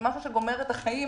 זה משהו שגומר את החיים